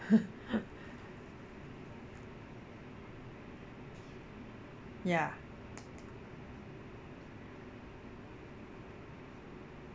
ya